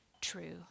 true